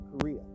Korea